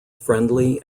friendly